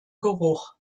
geruch